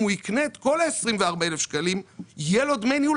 אם הוא יקנה את כל ה-24,000 שקלים יהיה לו דמי ניהול